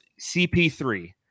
cp3